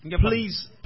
please